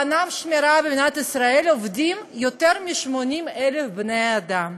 בענף השמירה במדינת ישראל עובדים יותר מ-80,000 בני-אדם.